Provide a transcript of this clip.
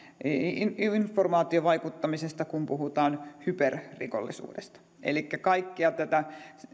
informaatiovaikuttamisesta kun puhutaan hyperrikollisuudesta elikkä kaikkea tätä